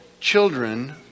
children